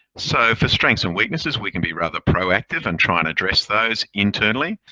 so for strengths and weaknesses, we can be rather proactive and trying to address those internally.